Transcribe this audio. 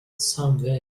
somewhere